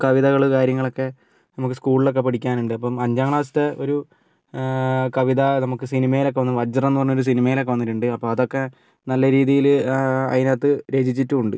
കവിതകൾ കാര്യങ്ങളൊക്കെ നമുക്ക് സ്കൂളിലൊക്കെ പഠിക്കാനുണ്ട് അപ്പം അഞ്ചാം ക്ലാസ്സിലത്തെ ഒരു കവിത നമുക്ക് സിനിമയിലൊക്കെ വന്നു വജ്രം എന്ന് പറഞ്ഞൊരു സിനിമയിലൊക്കെ വന്നിട്ടുണ്ട് അപ്പോൾ അതൊക്കെ നല്ല രീതിയിൽ അതിനകത്ത് രചിച്ചിട്ടുമുണ്ട്